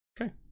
Okay